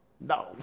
No